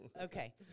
Okay